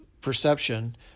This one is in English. perception